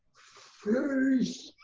first